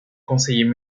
conseiller